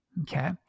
Okay